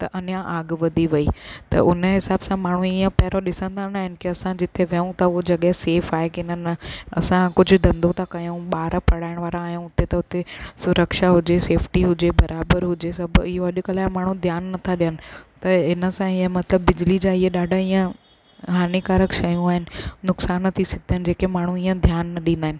त अञा आग वधी वेई त हुनजे हिसाब सां माण्हू इअं पहिरों ॾिसंदा न आहिनि की असां जिते वियूं था उहो जॻह सेफ़ आहे की न न असां कुझु धंधो ता कयूं ॿार पढ़ाइण वारा आहियूं उते त उते सुरक्षा हुजे सेफ्टी हुजे बराबरि हुजे सभु इहो अॼुकल्ह जा माण्हू ध्यानु नथा ॾियनि त हिन सां इहे मतलबु बि बिजली सां इहे ॾाढा ई इहा हानिकारक शयूं आहिनि नुक़सानु थी सघंदा आहिनि जेके माण्हू इअं ध्यानु न ॾींदा आहिनि